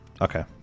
Okay